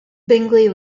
bingley